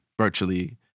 virtually